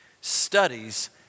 studies